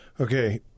Okay